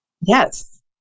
Yes